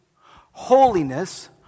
holiness